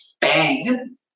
bang